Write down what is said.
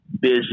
busy